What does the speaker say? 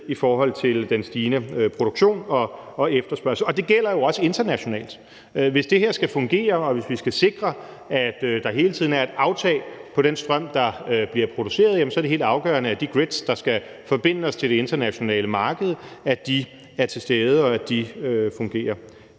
i forhold til den stigende produktion og efterspørgsel. Kl. 20:44 Det gælder jo også internationalt. Hvis det her skal fungere, og hvis vi skal sikre, at der hele tiden er et aftag på den strøm, der bliver produceret, er det helt afgørende, at de grids, der skal forbinde os til det internationale marked, er til stede, og at de fungerer.